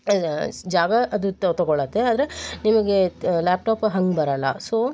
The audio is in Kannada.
ಜಾಗ ಅದು ತೊಗೊಳ್ಳುತ್ತೆ ಆದರೆ ನಿಮ್ಗೆ ಲ್ಯಾಪ್ಟಾಪು ಹಂಗೆ ಬರೋಲ್ಲ ಸೋ